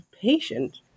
patient